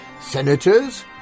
Senators